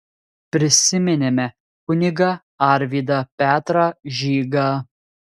prisiminėme kunigą arvydą petrą žygą